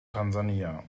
tansania